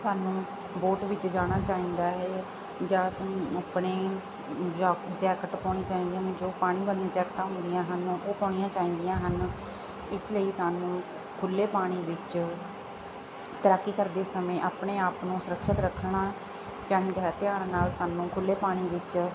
ਸਾਨੂੰ ਬੋਟ ਵਿੱਚ ਜਾਣਾ ਚਾਹੀਦਾ ਹੈ ਜਾਂ ਸਾਨੂੰ ਆਪਣੇ ਜੋ ਜੈਕਟ ਪਾਉਣੀ ਚਾਹੀਦੀ ਹੈ ਜੋ ਪਾਣੀ ਵਾਲੀਆਂ ਜੈਕਟਾਂ ਹੁੰਦੀਆਂ ਹਨ ਉਹ ਪਾਉਣੀਆਂ ਚਾਹੀਦੀਆਂ ਹਨ ਇਸ ਲਈ ਸਾਨੂੰ ਖੁੱਲ੍ਹੇ ਪਾਣੀ ਵਿੱਚ ਤੈਰਾਕੀ ਕਰਦੇ ਸਮੇਂ ਆਪਣੇ ਆਪ ਨੂੰ ਸੁਰੱਖਿਅਤ ਰੱਖਣਾ ਚਾਹੀਦਾ ਹੈ ਧਿਆਨ ਨਾਲ ਸਾਨੂੰ ਖੁੱਲ੍ਹੇ ਪਾਣੀ ਵਿੱਚ